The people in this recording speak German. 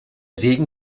segen